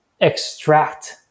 extract